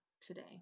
today